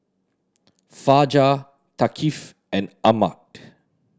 Fajar Thaqif and Ahmad